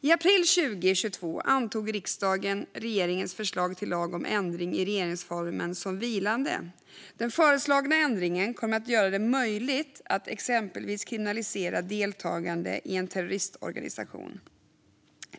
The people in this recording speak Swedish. I april 2022 antog riksdagen regeringens förslag till lag om ändring i regeringsformen som vilande. Den föreslagna ändringen kommer att göra det möjligt att exempelvis kriminalisera deltagande i en terroristorganisation.